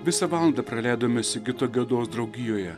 visą valandą praleidome sigito gedos draugijoje